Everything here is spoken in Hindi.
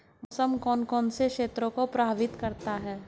मौसम कौन कौन से क्षेत्रों को प्रभावित करता है?